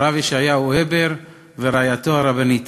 הרב ישעיהו הבר ורעייתו הרבנית.